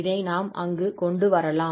இதை நாம் அங்கு கொண்டு வரலாம்